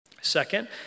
Second